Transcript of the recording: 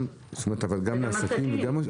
אבל גם לעסקים?